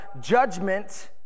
judgment